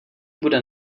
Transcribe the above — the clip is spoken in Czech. bude